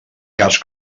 cas